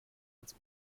als